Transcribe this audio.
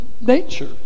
nature